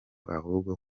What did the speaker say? ahubwo